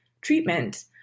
treatment